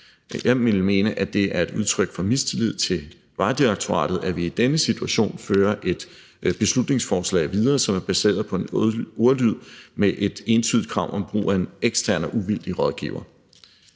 Jeg ville mene, at det er et udtryk for mistillid til Vejdirektoratet, at vi i denne situation fører et beslutningsforslag videre, som er baseret på en ordlyd med et entydigt krav om brug af en ekstern og uvildige rådgiver.